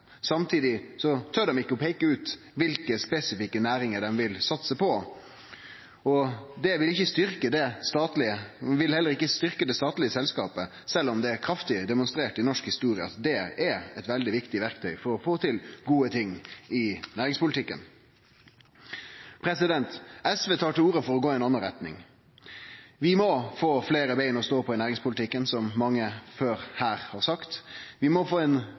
Samtidig tør dei ikkje å peike ut kva spesifikke næringar dei vil satse på. Dei vil heller ikkje styrkje det statlege eigarskapet, sjølv om det er kraftig demonstrert i norsk historie at det er eit veldig viktig verktøy for å få til gode ting i næringspolitikken. SV tar til orde for å gå i ei anna retning. Vi må få fleire bein å stå på i næringspolitikken, som mange før her har sagt. Vi må få ein